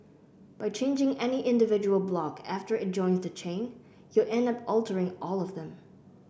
by changing any individual block after it joins the chain you'll end up altering all of them